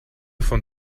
von